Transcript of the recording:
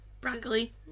broccoli